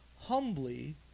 humbly